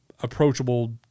approachable